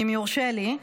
אם יורשה לי.